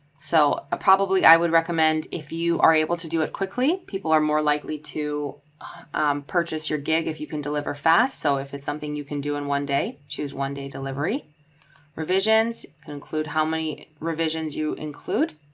so ah probably i would recommend if you are able to do it quickly, people are more likely to purchase your gig if you can deliver fast. so if it's something you can do in one day, choose one day delivery revisions can include how many revisions you include.